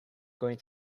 going